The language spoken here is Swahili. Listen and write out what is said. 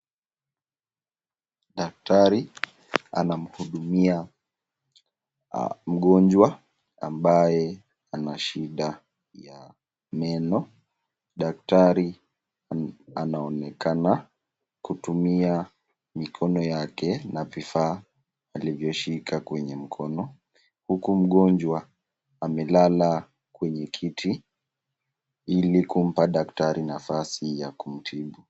Daktari anamhudumia mgonjwa ambaye ana shida ya meno. Daktari anaonekana kutumia mikono yake na vifaa alivyoshika kwenye mikono huku mgonjwa amelala kwenye kiti ili kumpa daktari nafasi ya kumtibu.